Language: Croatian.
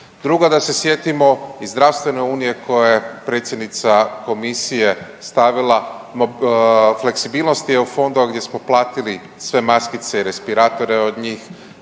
Drugo da se sjetimo i zdravstvene unije koja je predsjednica komisije stavila fleksibilnosti EU fondova gdje smo platili sve maskice i respiratore od njih,